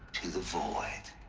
to the void